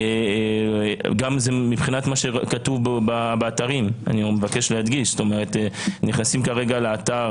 וזה לפי מה שכתוב באתרים, אם נכנסים לאתר